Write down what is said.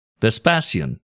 Vespasian